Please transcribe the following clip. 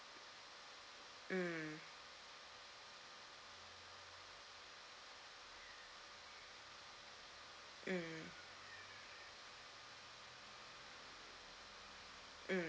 mm mm mm